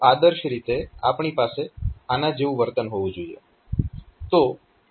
તો આદર્શ રીતે આપણી પાસે આના જેવું વર્તન હોવું જોઈએ